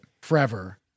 forever